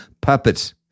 puppets